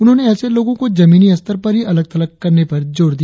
उन्होंने ऐसे लोगो को जमीनी स्तर पर ही अलग थलग करने पर जोर दिया